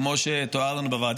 כמו שתואר לנו בוועדה.